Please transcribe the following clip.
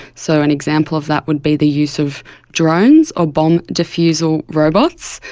so an example of that would be the use of drones or bomb-diffusing robots.